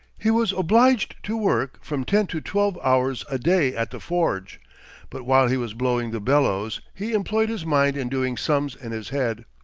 he was obliged to work from ten to twelve hours a day at the forge but while he was blowing the bellows he employed his mind in doing sums in his head.